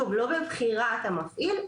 שוב: לא בבחירת המפעיל,